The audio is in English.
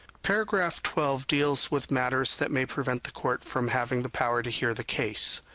paragraph twelve deals with matters that may prevent the court from having the power to hear the case.